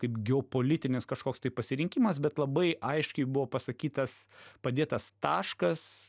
kaip geopolitinis kažkoks tai pasirinkimas bet labai aiškiai buvo pasakytas padėtas taškas